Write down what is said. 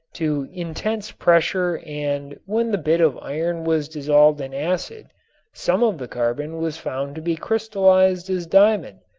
to intense pressure and when the bit of iron was dissolved in acid some of the carbon was found to be crystallized as diamond,